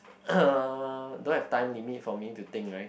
uh don't have time limit for me to think right